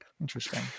interesting